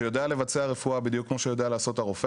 שיודע לבצע רפואה בדיוק כמו שיודע לעשות הרופא.